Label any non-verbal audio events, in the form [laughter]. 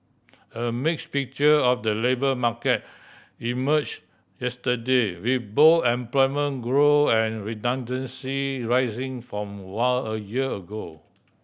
a mix picture of the labour market emerge yesterday with both employment grow and redundancy rising form [unintelligible] a year ago